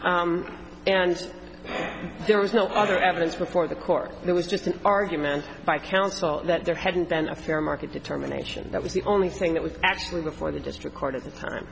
decision and there was no other evidence before the court it was just an argument by counsel that there hadn't been a fair market determination that was the only thing that was actually before the district court at the time